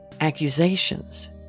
Accusations